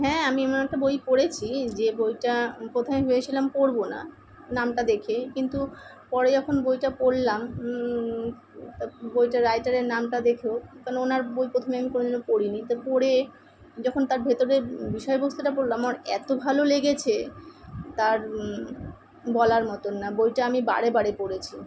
হ্যাঁ আমি ওনার একটা বই পড়েছি যে বইটা প্রথমে আমি ভেবেছিলাম পড়ব না নামটা দেখে কিন্তু পরে যখন বইটা পড়লাম বইটা রাইটারের নামটা দেখেও কেন ওনার বই প্রথমে আমি কোনো দিনও পড়িনি তো পড়ে যখন তার ভিতরের বিষয়বস্তুটা পড়লাম আমার এত ভালো লেগেছে তা আর বলার মতন না বইটা আমি বারে বারে পড়েছি